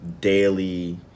daily